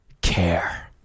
care